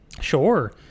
Sure